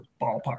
ballpark